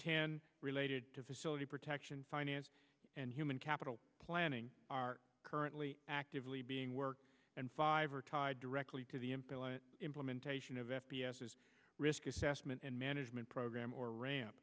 related to facility protection finance and human capital planning are currently actively being worked and five are tied directly to the implementation of risk assessment and management program or ramp